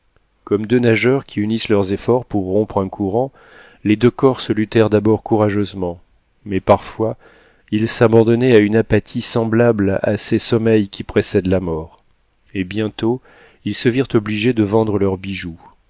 comme deux nageurs qui unissent leurs efforts pour rompre un courant les deux corses luttèrent d'abord courageusement mais parfois ils s'abandonnaient à une apathie semblable à ces sommeils qui précèdent la mort et bientôt ils se virent obligés de vendre leurs bijoux